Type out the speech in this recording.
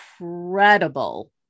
incredible